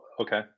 Okay